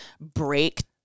break